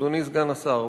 אדוני סגן השר,